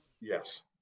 Yes